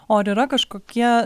o ar yra kažkokie